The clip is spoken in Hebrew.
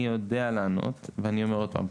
בנוגע לשכר הפסיכולוגים אני יודע לענות ואני אומר עוד פעם.